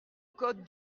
code